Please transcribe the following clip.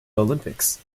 olympics